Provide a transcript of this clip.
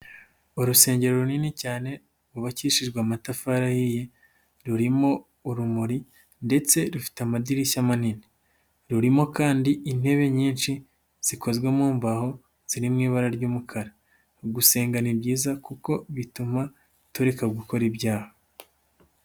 Urusengero runini cyane rwubakishijwe amatafari ahiye. Rurimo urumuri ndetse rufite amadirishya manini. Rurimo kandi intebe nyinshi zikozwe mu mbaho, ziri mu ibara ry'umukara. Gusenga ni byiza kuko bituma tureka gukora ibyaha.